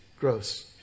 Gross